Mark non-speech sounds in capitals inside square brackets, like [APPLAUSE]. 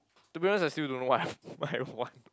to be honest I still don't know what [LAUGHS] what I want